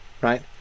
right